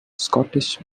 scottish